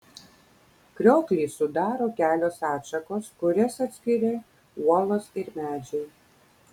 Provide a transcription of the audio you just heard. krioklį sudaro kelios atšakos kurias atskiria uolos ir medžiai